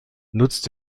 nutzt